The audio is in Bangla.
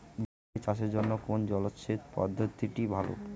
বাঁধাকপি চাষের জন্য কোন জলসেচ পদ্ধতিটি ভালো?